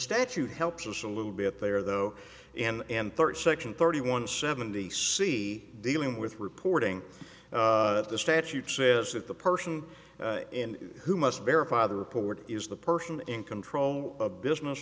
statute helps us a little bit there though and and third section thirty one seventy see dealing with reporting of the statute says that the person in who must verify the report is the person in control of business